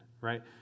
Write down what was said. right